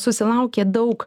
susilaukė daug